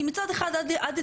כי מצד אחד עד,